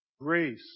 Grace